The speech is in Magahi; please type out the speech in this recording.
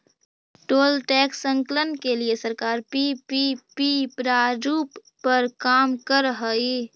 टोल टैक्स संकलन के लिए सरकार पीपीपी प्रारूप पर काम करऽ हई